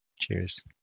Cheers